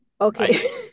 okay